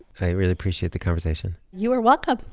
i really appreciate the conversation you are welcome.